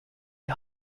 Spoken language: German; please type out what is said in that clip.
die